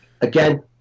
again